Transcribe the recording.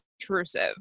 intrusive